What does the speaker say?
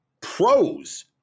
pros